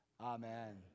Amen